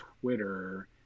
Twitter